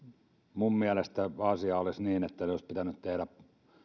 minun mielestäni asia on niin että olisi pitänyt tehdä